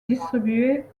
distribué